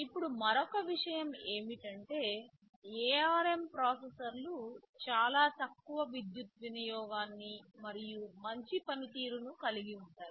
ఇప్పుడు మరొక విషయం ఏమిటంటే ARM ప్రాసెసర్లు చాలా తక్కువ విద్యుత్ వినియోగాన్ని మరియు మంచి పనితీరును కలిగి ఉంటాయి